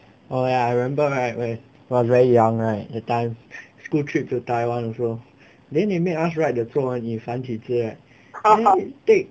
oh ya I remember right when I was very young right that time school trip to taiwan also then 你没有 ask right the poor right 你繁体字 right then take